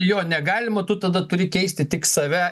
jo negalima tu tada turi keisti tik save